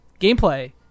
Gameplay